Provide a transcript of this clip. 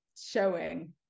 showing